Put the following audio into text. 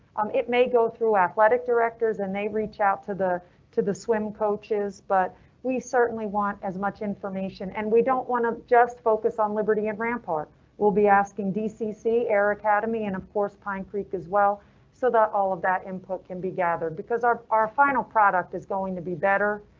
um it may go through athletic director's and they reach out to the to the swim coaches. but we certainly want as much information and we don't want to. just focus on liberty and rampart will be asking dcc air academy and of course pine creek as well so that all of that input can be gathered. because our our final product is going to be better.